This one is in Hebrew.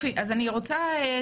רן,